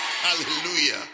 Hallelujah